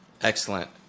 Excellent